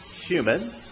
human